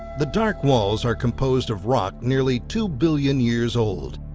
the dark walls are composed of rock nearly two billion years old.